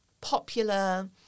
popular